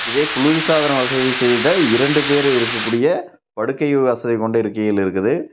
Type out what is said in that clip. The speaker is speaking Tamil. இதே குளிர்சாதனம் வசதி செய்த இரண்டு பேர் இருக்கக்கூடிய படுக்கை வசதி கொண்ட இருக்கைகள் இருக்குது